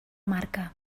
marca